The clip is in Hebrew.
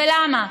ולמה?